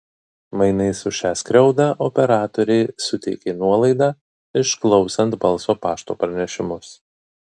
mainais už šią skriaudą operatoriai suteikė nuolaidą išklausant balso pašto pranešimus